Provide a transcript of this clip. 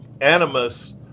animus